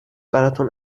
براتون